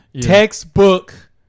textbook